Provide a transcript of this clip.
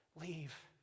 leave